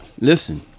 Listen